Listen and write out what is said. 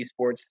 esports